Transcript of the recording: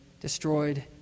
destroyed